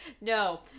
No